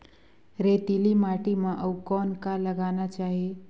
रेतीली माटी म अउ कौन का लगाना चाही?